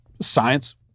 science